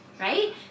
Right